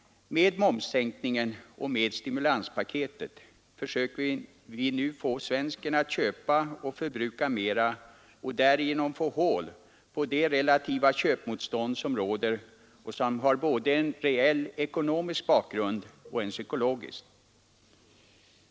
Med momssänkningen och med stimulanspaketet försöker vi nu få svensken att köpa och förbruka mer och därigenom få hål på det relativa köpmotstånd som råder och som har både en reell ekonomisk bakgrund och en psykologisk.